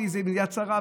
אם זה יד שרה,